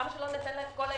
למה שלא ניתן להם את כל העיר?